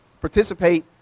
Participate